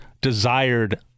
desired